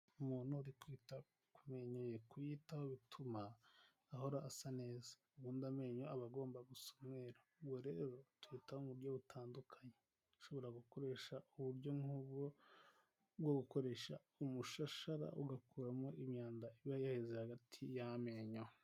Umuntu uri kwita ku menyo ye, kuyitaho bituma ahora asa neza, ubundi amenyo aba agomba gusa umweru, ubwo rero tuyitaho mu buryo butandukanye, ushobora gukoresha uburyo nk'ubwo bwo gukoresha umushashara ugakuramo imyanda iba yaheze hagati y'amenyo.